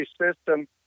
system